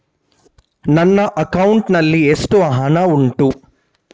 ನನ್ನ ಅಕೌಂಟ್ ನಲ್ಲಿ ಎಷ್ಟು ಹಣ ಉಂಟು?